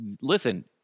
listen